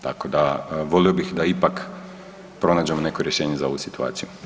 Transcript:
Tako da volio bih da ipak pronađemo neko rješenje za ovu situaciju.